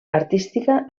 artística